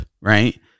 right